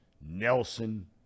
Nelson